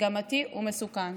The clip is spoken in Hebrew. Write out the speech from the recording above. מגמתי ומסוכן".